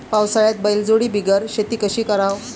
पावसाळ्यात बैलजोडी बिगर शेती कशी कराव?